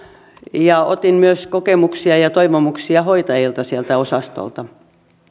ja otin myös kokemuksia ja toivomuksia hoitajilta sieltä osastolta